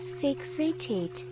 fixated